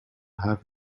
have